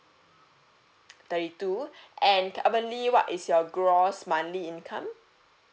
thirty two and currently what is your gross monthly income